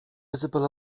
visible